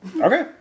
Okay